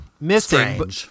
missing